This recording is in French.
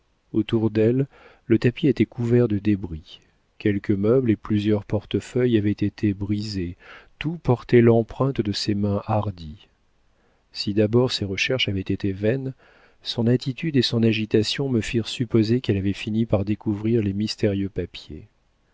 autour d'elle le tapis était couvert de débris quelques meubles et plusieurs portefeuilles avaient été brisés tout portait l'empreinte de ses mains hardies si d'abord ses recherches avaient été vaines son attitude et son agitation me firent supposer qu'elle avait fini par découvrir les mystérieux papiers